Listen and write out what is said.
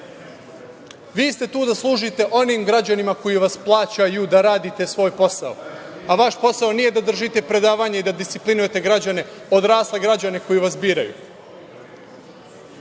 Vi ste tu da služite onim građanima koji vas plaćaju da radite svoj posao, a vaš posao nije da držite predavanja i da disciplinujete odrasle građane koji vas biraju. Nakon